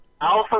Alpha